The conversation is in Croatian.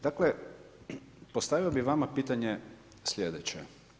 Dakle, postavio bih vama pitanje slijedeće.